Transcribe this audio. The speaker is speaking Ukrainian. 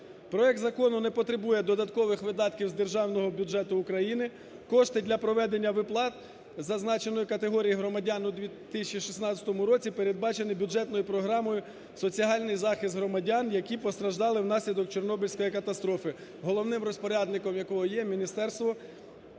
Проект закону не потребує додаткових видатків з державного бюджету України. Кошти для проведення виплат зазначеної категорії громадян у 2016 році передбачені бюджетною програмою "Соціальний захист громадян, які постраждали внаслідок Чорнобильської катастрофи", головним розпорядником якого є Міністерство